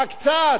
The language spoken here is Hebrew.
הקצת,